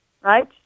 Right